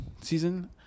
season